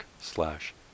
slash